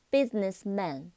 Businessman